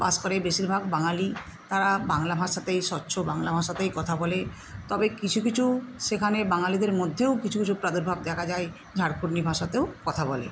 বাস করে বেশিরভাগ বাঙালি তারা বাংলা ভাষাতেই স্বচ্ছ বাংলা ভাষাতেই কথা বলে তবে কিছু কিছু সেখানে বাঙালিদের মধ্যেও কিছু কিছু প্রাদুর্ভাব দেখা যায় ঝাড়িখন্ডী ভাষাতেও কথা বলে